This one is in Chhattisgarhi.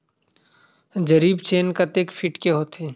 जरीब चेन कतेक फीट के होथे?